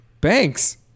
banks